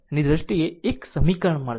ની દ્રષ્ટિએ એક સમીકરણ મળશે